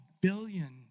billion